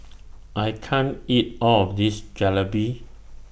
I can't eat All of This Jalebi